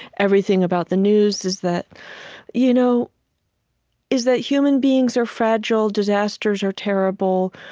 everything about the news is that you know is that human beings are fragile, disasters are terrible,